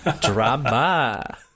Drama